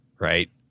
right